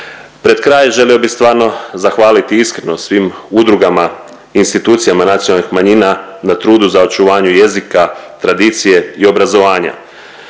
Pred kraj želio bi stvarno zahvaliti iskreno svim udrugama, institucijama nacionalnih manjina na trudu za očuvanju jezika, tradicije i obrazovanje